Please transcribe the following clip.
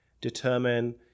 determine